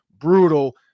brutal